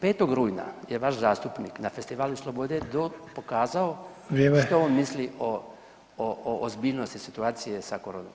5. rujna je vaš zastupnik na Festivalu slobode pokazao [[Upadica: Vrijeme.]] što on misli o ozbiljnosti situacije sa koronom.